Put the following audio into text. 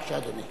בבקשה, אדוני.